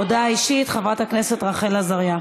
הודעה אישית, חברת הכנסת רחל עזריה.